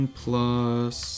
plus